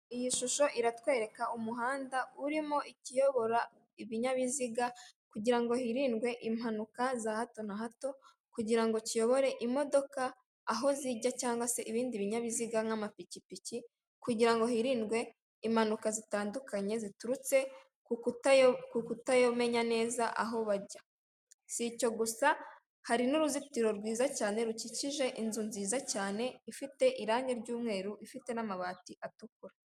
Iyi shusho iratwereka umuhanda urimo ikiyobora ibinyabiziga kugira ngo hirindwe impanuka za hato na hato kugira ngo kiyobore imodoka aho zijya cg se ibindi binyabiziga nk'amapikipiki kugira ngo hirindwe impanuka zitandukanye ziturutse ku kutayomenya neza aho bajya, si icyo gusa hari n'uruzitiro rwiza cyane rukikije inzu nziza cyane ifite irangi ry'umweru ifite n'amabati atukura.